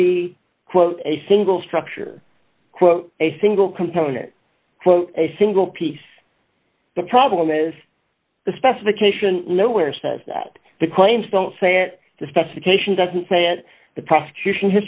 to be quote a single structure quote a single component a single piece the problem is the specification no where says that the claims don't say it the specification doesn't say it the prosecution